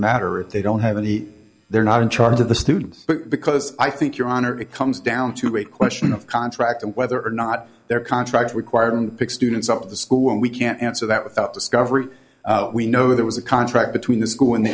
matter if they don't have any they're not in charge of the students but because i think your honor it comes down to a question of contract and whether or not their contract required pick students up at the school and we can't answer that without discovery we know there was a contract between the school and the